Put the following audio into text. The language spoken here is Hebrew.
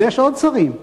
אבל יש עוד שרים.